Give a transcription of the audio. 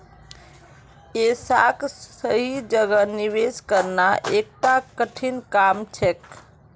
ऐसाक सही जगह निवेश करना एकता कठिन काम छेक